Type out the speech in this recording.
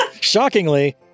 Shockingly